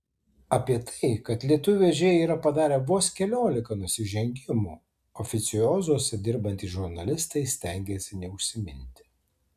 apie tai kad lietuvių vežėjai yra padarę vos keliolika nusižengimų oficiozuose dirbantys žurnalistai stengiasi neužsiminti